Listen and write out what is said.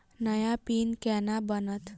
नया पिन केना बनत?